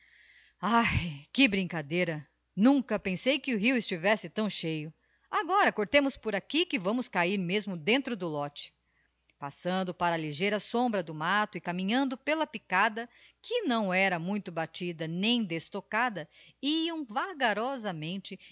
arre que brincadeira nunca pensei que o rio estivesse tão cheio agora cortemos por aqui que vamos cahir mesmo dentro do lote passando para a ligeira sombra do matto e caminhando pela picada que não era muito batida nem destocada iam vagarosamente